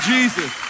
Jesus